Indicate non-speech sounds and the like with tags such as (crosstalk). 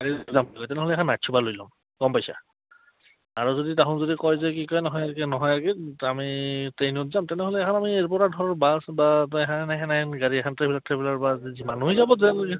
(unintelligible) যাম তেনেহ'লে এখন নাইট ছুপাৰ লৈ ল'ম গম পাইছা আৰু যদি তাহোঁন যদি কয় যে কি কয় নহয় নহয় কি আমি ট্ৰেইনত যাম তেনেহ'লে এখন আমি ইয়াৰ পৰা ধৰ বাছ বা এখন তেনেহেন গাড়ী এখন ট্ৰেভে ট্ৰেভেলাৰ বা যি লৈ যাব তেওঁলোকে